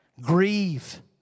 Grieve